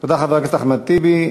תודה, חבר הכנסת אחמד טיבי.